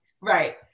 right